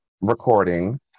recording